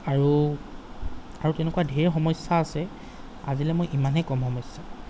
আৰু আৰু তেনেকুৱা ঢেৰ সমস্যা আছে আজিলৈ মই ইমানে ক'ম সমস্যা